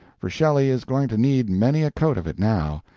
for shelley is going to need many a coat of it now,